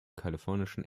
kalifornischen